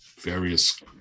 various